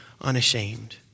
unashamed